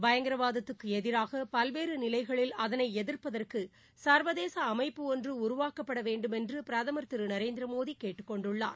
பயங்கரவாதத்துக்கு எதிராக பல்வேறு நிலைகளில் அதனை எதிர்ப்பதற்கு சா்வதேச அமைப்பு ஒன்று உருவாக்கப்பட வேண்டுமென்று பிரதமர் திரு நரேந்திரமோடி கேட்டுக் கொண்டுள்ளார்